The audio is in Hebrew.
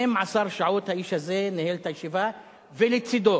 12 שעות האיש הזה ניהל את הישיבה, ולצדו